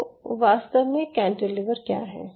तो वास्तव में कैंटिलीवर क्या हैं